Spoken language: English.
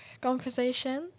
conversation